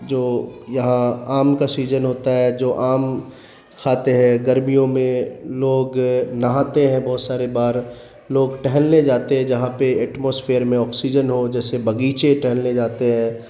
جو یہاں آم کا سیزن ہوتا ہے جو آم کھاتے ہیں گرمیوں میں لوگ نہاتے ہیں بہت سارے بار لوگ ٹہلنے جاتے ہیں جہاں پہ ایٹماسفیئر میں آکسیجن ہو جیسے بغیچے ٹہلنے جاتے ہیں